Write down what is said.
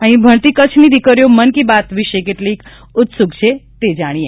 અહીં ભગ્રતી કચ્છની દિકરીઓ મન કી બાત વિશે કેટલી ઉત્સુક છે તે જાણીએ